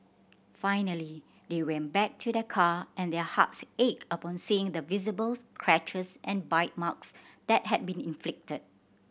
finally they went back to their car and their hearts ached upon seeing the visibles scratches and bite marks that had been inflicted